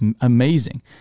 amazing